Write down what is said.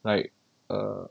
like err